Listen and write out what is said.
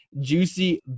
juicy